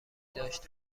داشت